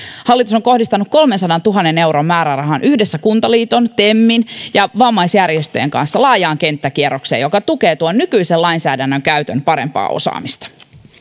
hallitus on kohdistanut kolmensadantuhannen euron määrärahan yhdessä kuntaliiton temin ja vammaisjärjestöjen kanssa laajaan kenttäkierrokseen joka tukee nykyisen lainsäädännön käytön parempaa osaamista ja